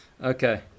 Okay